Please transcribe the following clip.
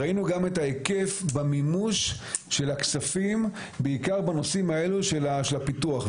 ראינו גם את ההיקף במימוש של הכספים בעיקר בנושאים האלה של הפיתוח.